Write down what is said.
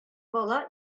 бала